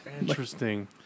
Interesting